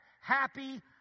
Happy